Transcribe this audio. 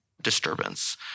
Disturbance